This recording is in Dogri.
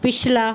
पिछला